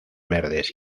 verdes